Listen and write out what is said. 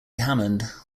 hammond